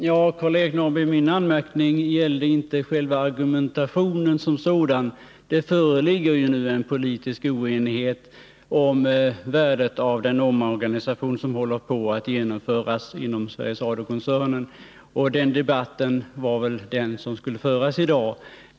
Herr talman! Min anmärkning, Karl-Eric Norrby, gällde inte själva argumentationen som sådan. Det föreligger ju nu politisk oenighet om värdet av den omorganisation som håller på att genomföras inom Sveriges Radio-koncernen. Det var väl om den debatten skulle föras i dag.